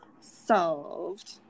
solved